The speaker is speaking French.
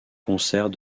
concert